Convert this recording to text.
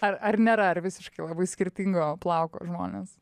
ar ar nėra ar visiškai labai skirtingo plauko žmonės